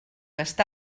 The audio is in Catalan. està